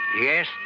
Yes